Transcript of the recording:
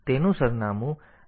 તેથી આ ret સૂચના એક બાઈટ છે